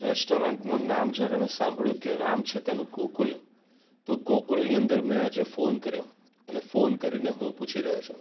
રેસ્ટોરન્ટનું નામ જયારે મેં સાંભળ્યું કે નામ છે તેનું ગોકુલ તો ગોકુલની અંદર મેં આજે ફોન કર્યો અને ફોન કરીને હું પૂછી રહ્યો છું